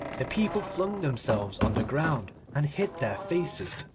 the people flung themselves on the ground and hid their faces,